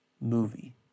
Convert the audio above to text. movie